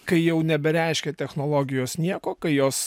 kai jau nebereiškia technologijos nieko kai jos